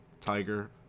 Tiger